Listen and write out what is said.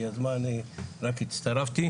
היא יזמה אני רק הצטרפתי.